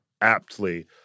Aptly